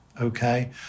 okay